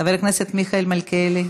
חבר הכנסת מיכאל מלכיאלי,